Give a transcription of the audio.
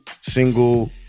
single